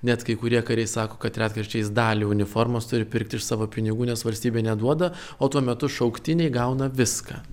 net kai kurie kariai sako kad retkarčiais dalį uniformos turi pirkti iš savo pinigų nes valstybė neduoda o tuo metu šauktiniai gauna viską